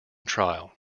trial